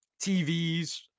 TVs